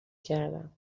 کردم